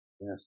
Yes